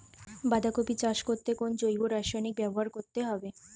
বাঁধাকপি চাষ করতে কোন জৈব রাসায়নিক ব্যবহার করতে হবে?